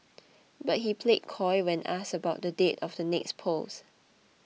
but he played coy when asked about the date of the next polls